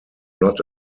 not